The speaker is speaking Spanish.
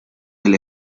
del